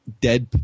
dead